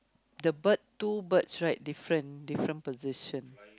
the bird two birds right different different position